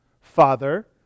Father